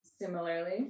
Similarly